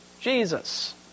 Jesus